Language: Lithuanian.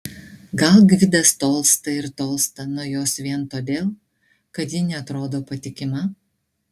gal gvidas tolsta ir tolsta nuo jos vien todėl kad ji neatrodo patikima